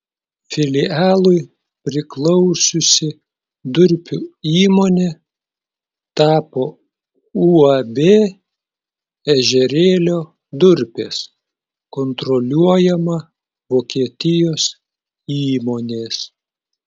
filialui priklausiusi durpių įmonė tapo uab ežerėlio durpės kontroliuojama vokietijos įmonės